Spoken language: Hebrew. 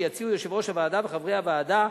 שיציעו יושב-ראש הוועדה וחברי הוועדה